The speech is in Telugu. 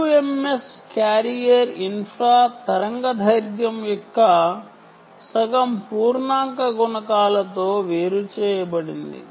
UMS క్యారియర్ ఇన్ఫ్రా తరంగదైర్ఘ్యం యొక్క సగం పూర్ణాంక గుణకాలతో వేరు చేయబడింది